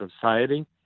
society